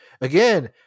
Again